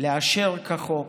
לאשר כחוק